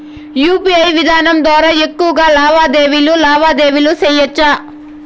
UPI విధానం ద్వారా ఎక్కువగా లావాదేవీలు లావాదేవీలు సేయొచ్చా?